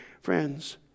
Friends